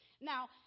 Now